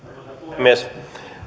puhemies